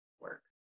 work